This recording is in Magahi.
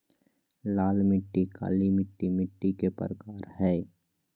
लाल मिट्टी, काली मिट्टी मिट्टी के प्रकार हय